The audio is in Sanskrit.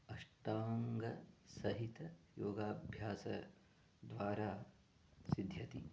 अष्टाङ्गसहितं योगाभ्यासद्वारा सिध्यति